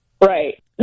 Right